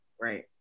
Right